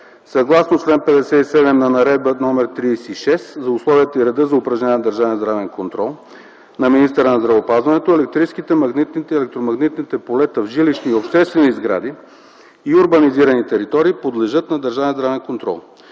Съгласно чл. 57 на Наредба № 36 за условията и реда за упражняване на държавен здравен контрол на министъра на здравеопазването електрическите, магнитните и електромагнитните полета в жилищни и обществени сгради и урбанизирани територии подлежат на държавен здравен контрол.